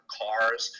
cars